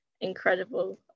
incredible